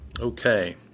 Okay